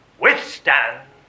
withstand